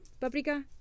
paprika